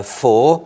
four